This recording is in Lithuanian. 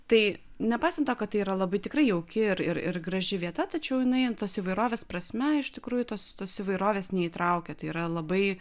tai nepaisant to kad tai yra labai tikrai jauki ir ir graži vieta tačiau jinai nu tos įvairovės prasme iš tikrųjų tos tos įvairovės neįtraukia tai yra labai